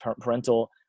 parental